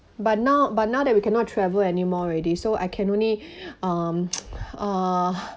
but now but now that we cannot travel anymore already so I can only um uh